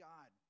God